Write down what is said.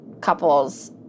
couples